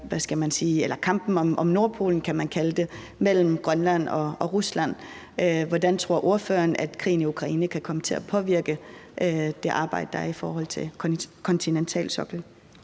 det er kampen om Nordpolen – kan man kalde det – mellem Grønland og Rusland. Hvordan tror ordføreren at krigen i Ukraine kan komme til at påvirke det arbejde, der er i forhold til kontinentalsoklen?